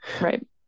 right